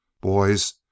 Boys